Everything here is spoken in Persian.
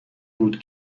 بود